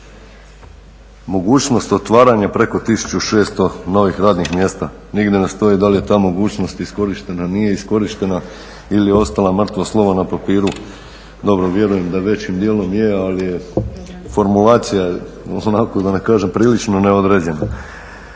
mogućnost otvaranja preko 1600 radnih mjesta. Nigdje ne stoji da li je ta mogućnost iskorištena, nije iskorištena ili je ostala mrtvo slovo na papiru. Dobro vjerujem da većim dijelom je ali je formulacija onako da kažem prilično neodređena.